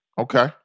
okay